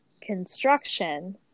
construction